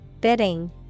Bidding